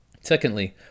Secondly